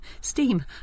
steam